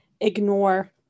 ignore